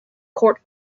court